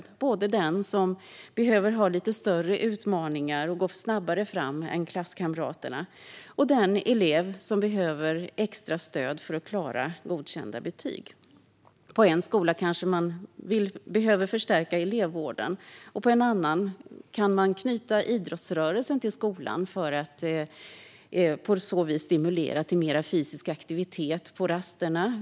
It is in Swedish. Det gäller både den som behöver lite större utmaningar och kan gå snabbare fram än klasskamraterna och den som behöver extra stöd för att klara godkända betyg. På en skola behöver kanske elevvården förstärkas. På en annan kan man knyta idrottsrörelsen till skolan för att stimulera eleverna till mer fysisk aktivitet på rasterna.